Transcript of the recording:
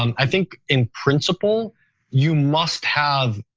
um i think in principle you must have